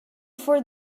for